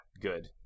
good